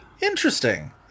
Interesting